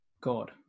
God